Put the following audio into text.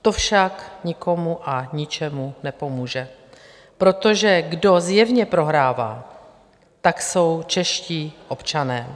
To však nikomu a ničemu nepomůže, protože kdo zjevně prohrává, tak jsou čeští občané.